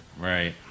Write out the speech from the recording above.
Right